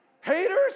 Haters